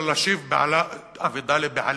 אלא להשיב אבדה לבעליה.